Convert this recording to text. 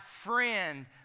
friend